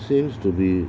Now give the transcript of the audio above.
seems to be